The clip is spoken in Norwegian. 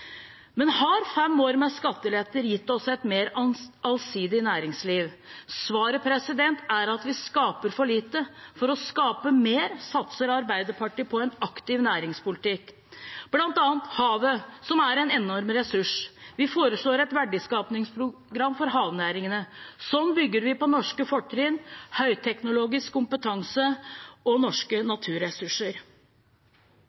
Men har fem år med skatteletter gitt oss et mer allsidig næringsliv? Svaret er at vi skaper for lite. For å skape mer satser Arbeiderpartiet på en aktiv næringspolitikk – bl.a. havet, som er en enorm ressurs. Vi foreslår et verdiskapingsprogram for havnæringene. Sånn bygger vi på norske fortrinn, høyteknologisk kompetanse og norske